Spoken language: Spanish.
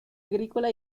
agrícola